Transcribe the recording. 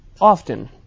often